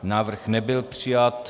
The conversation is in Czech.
Návrh nebyl přijat.